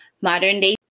modern-day